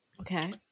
Okay